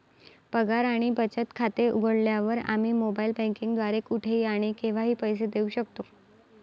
पगार आणि बचत खाते उघडल्यावर, आम्ही मोबाइल बँकिंग द्वारे कुठेही आणि केव्हाही पैसे देऊ शकतो